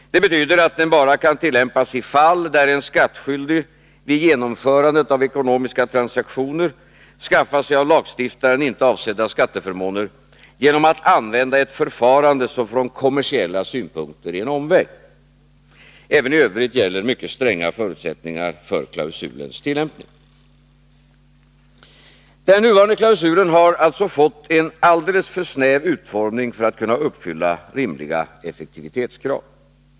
Det betyder att den bara kan tillämpas i fall där en skattskyldig vid genomförandet av ekonomiska transaktioner skaffar sig av lagstiftaren inte avsedda skatteförmåner genom att använda ett förfarande som från kommersiella synpunkter är en omväg. Även i övrigt gäller mycket stränga förutsättningar för klausulens tillämpning. Den nuvarande klausulen har alltså fått en alldeles för snäv utformning för att kunna uppfylla rimliga effektivitetskrav.